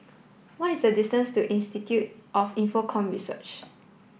what is the distance to Institute of Infocomm Research